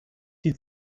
die